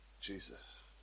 Jesus